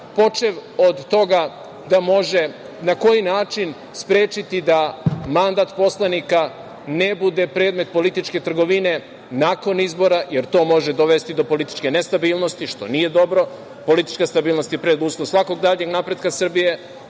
počev od toga da može, na koji način sprečiti da mandat poslanika ne bude predmet političke trgovine nakon izbora, jer to može dovesti do političke nestabilnosti, što nije dobro. Politička stabilnost je preduslov svakog daljeg napretka Srbije.